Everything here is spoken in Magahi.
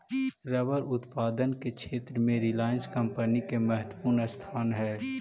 रबर उत्पादन के क्षेत्र में रिलायंस कम्पनी के महत्त्वपूर्ण स्थान हई